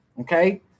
okay